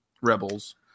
rebels